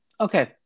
Okay